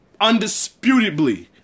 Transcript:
undisputably